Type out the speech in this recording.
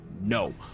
no